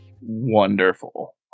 Wonderful